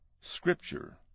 SCRIPTURE